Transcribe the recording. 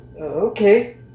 Okay